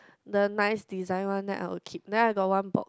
the nice design one then I'll keep then I got one box